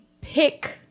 pick